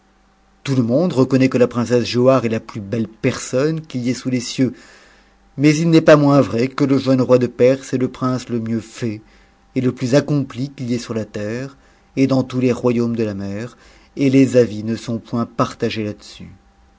tout le monde reconnaît que la princesse giauhareest la plus bette personne qu'il y ait sous les cieux mais il n'est pas moins vrai que le jeune roi de perse est le prince le mieux fait et le plus accompli qu'il y ait sur la terre et dans tous les royaumes de ta mer et les avis ne sont point partagés